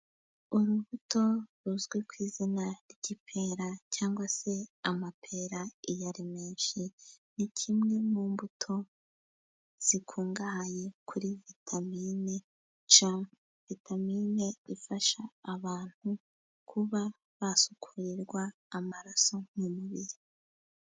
Urubuto ruzwi ku izina ry'ipera cyangwa se amapera iyo ari menshi, ni kimwe mu mbuto zikungahaye kuri vitamine c, vitamine ifasha abantu kuba basukurirwa amaraso mu mubiri.